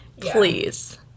please